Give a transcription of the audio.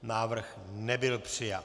Návrh nebyl přijat.